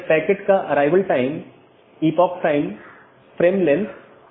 तो 16 बिट के साथ कई ऑटोनॉमस हो सकते हैं